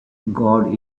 god